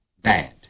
bad